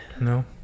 No